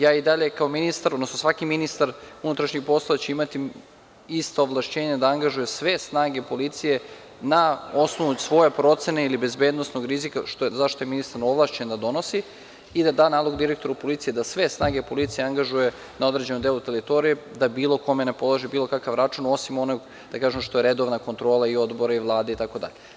Ja i dalje kao ministar, odnosno svaki ministar unutrašnjih poslova će imati ista ovlašćenja da angažuje sve snage policije na osnovu svoje procene ili bezbednosnog rizika, za šta je ministar ovlašćen da donosi i da da nalog direktoru policije da sve snage policije angažuje na određenom delu teritorije da bilo kome ne položi bilo kakav račun, osim onog, da kažem, što je redovna kontrola i odbora i Vlade, itd.